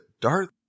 Darth